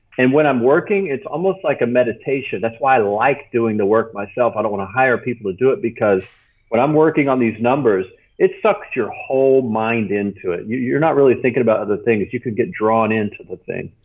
and when i'm working its almost like a meditation. that's why i like doing the work myself, i don't want to hire people to do it because when i'm working on these numbers it sucks your whole mind into it. you're not really thinking about other things. you could get drawn into this thing.